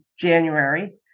January